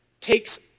takes